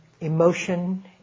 emotion